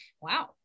Wow